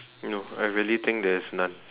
no I really think there's none